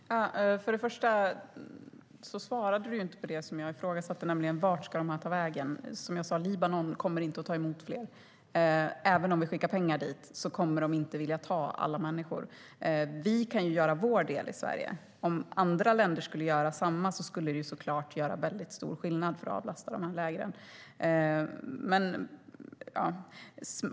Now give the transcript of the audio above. Herr talman! Först och främst svarade inte Paula Bieler på det jag ifrågasatte, vart de ska ta vägen. Som jag sa: Libanon kommer inte att ta emot fler. Även om vi skickar pengar dit kommer de inte att vilja ta emot alla människor. Vi i Sverige kan göra vår del. Om andra länder skulle göra detsamma skulle det såklart göra stor skillnad för att avlasta de här lägren.